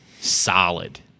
solid